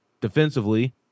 defensively